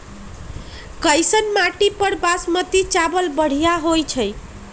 कैसन माटी पर बासमती चावल बढ़िया होई छई?